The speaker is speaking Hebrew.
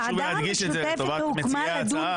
חשוב להדגיש את זה לטובת מציעי ההצעה,